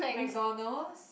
McDonald's